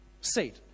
seat